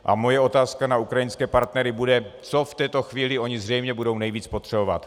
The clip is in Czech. A moje otázka na ukrajinské partnery bude, co v této chvíli oni zřejmě budou nejvíc potřebovat.